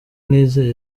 nizeye